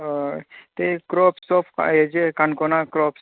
हय ते crops of येजेर काणकोणा क्रोप्स